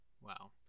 Wow